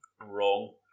wrong